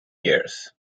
years